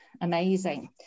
amazing